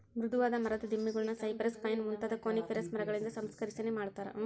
ಮೃದುವಾದ ಮರದ ದಿಮ್ಮಿಗುಳ್ನ ಸೈಪ್ರೆಸ್, ಪೈನ್ ಮುಂತಾದ ಕೋನಿಫೆರಸ್ ಮರಗಳಿಂದ ಸಂಸ್ಕರಿಸನೆ ಮಾಡತಾರ